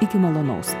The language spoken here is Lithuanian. iki malonaus